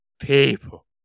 people